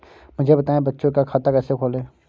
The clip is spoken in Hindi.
मुझे बताएँ बच्चों का खाता कैसे खोलें?